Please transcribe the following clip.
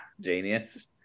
Genius